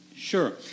Sure